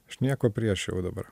aš nieko prieš jau dabar